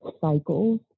cycles